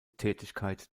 tätigkeit